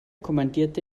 kommandierte